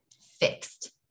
fixed